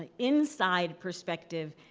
ah inside perspective,